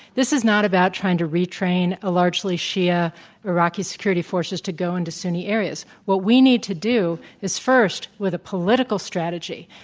this is not about trying to retrain a largely shi'a iraqi security forces to go into sunni areas. what we need to do is, first, with a political strategy,